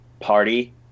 party